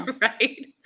right